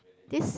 this